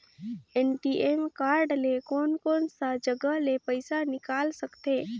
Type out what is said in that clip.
ATM card ले कोन कोन सा जगह ले पइसा निकाल सकथे?